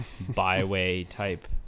byway-type